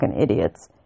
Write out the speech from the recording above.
idiots